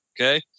okay